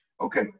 Okay